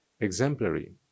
exemplary